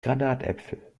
granatäpfel